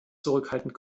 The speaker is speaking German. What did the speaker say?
zurückhaltend